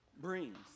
brings